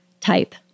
type